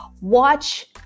watch